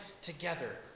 together